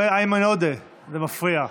איימן עודה, זה מפריע.